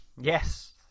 Yes